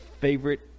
favorite